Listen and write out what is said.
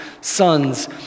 sons